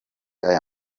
aya